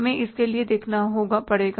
हमें उसके लिए देखना पड़ेगा